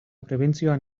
prebentzioan